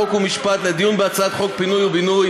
חוק ומשפט לדיון בהצעת חוק פינוי ובינוי